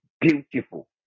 beautiful